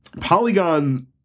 Polygon